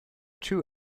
two